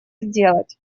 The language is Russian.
сделать